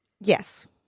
Yes